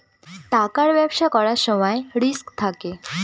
টাকার ব্যবসা করার সময় রিস্ক থাকে